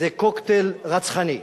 זה קוקטייל רצחני,